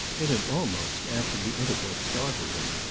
it had almost, after the interval, startled him.